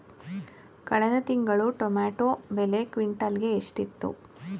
ಕಳೆದ ತಿಂಗಳು ಟೊಮ್ಯಾಟೋ ಬೆಲೆ ಕ್ವಿಂಟಾಲ್ ಗೆ ಎಷ್ಟಿತ್ತು?